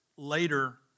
later